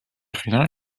rien